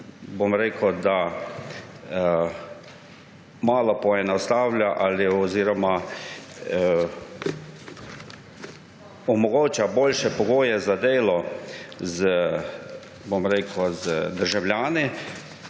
v smislu, da se malo poenostavlja oziroma omogoča boljše pogoje za delo z državljani,